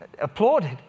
applauded